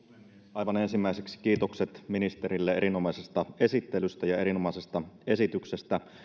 aivan ensimmäiseksi kiitokset ministerille erinomaisesta esittelystä ja erinomaisesta esityksestä